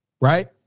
Right